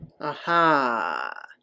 Aha